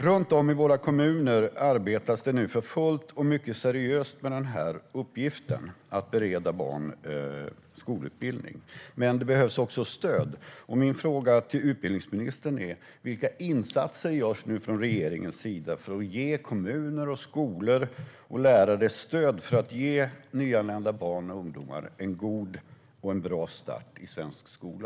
Runt om i våra kommuner arbetas det nu för fullt och mycket seriöst med denna uppgift att bereda barn skolutbildning. Men det behövs också stöd. Min fråga till utbildningsministern är: Vilka insatser görs nu från regeringens sida för att ge kommuner, skolor och lärare stöd för att de ska kunna ge nyanlända barn och ungdomar en god och en bra start i svensk skola?